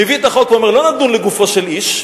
מביא את החוק ואומר: לא נדון לגופו של איש.